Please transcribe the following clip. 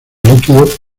líquido